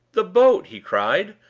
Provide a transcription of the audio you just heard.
the boat! he cried,